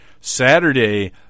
Saturday